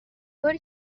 باری